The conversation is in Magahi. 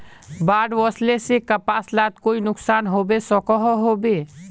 बाढ़ वस्ले से कपास लात कोई नुकसान होबे सकोहो होबे?